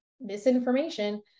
misinformation